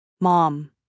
Mom